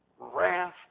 wrath